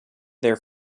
their